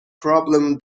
problem